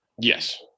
Yes